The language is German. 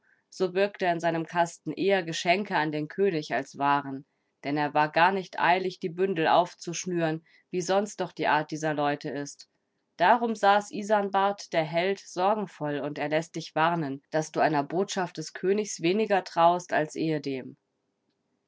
so birgt er in seinem kasten eher geschenke an den könig als waren denn er war gar nicht eilig die bündel aufzuschnüren wie sonst doch die art dieser leute ist darum saß isanbart der held sorgenvoll und er läßt dich warnen daß du einer botschaft des königs weniger trauest als ehedem